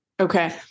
Okay